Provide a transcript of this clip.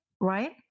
right